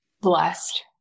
blessed